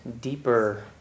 deeper